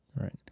Right